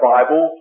Bible